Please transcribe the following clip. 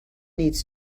needs